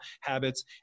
habits